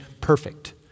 perfect